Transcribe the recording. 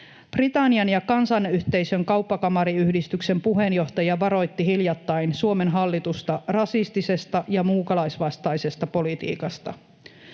Britannian ja Kansainyhteisön kauppakamariyhdistyksen puheenjohtaja varoitti hiljattain Suomen hallitusta rasistisesta ja muukalaisvastaisesta politiikasta.